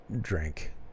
drink